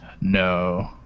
No